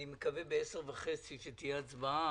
אני מקווה ב-10:30 שתהיה הצבעה,